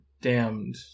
damned